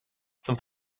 zum